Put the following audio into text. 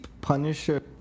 Punisher